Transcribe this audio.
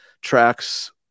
tracks